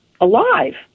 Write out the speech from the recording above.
alive